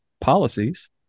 policies